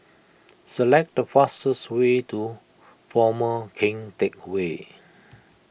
select the fastest way to former Keng Teck Whay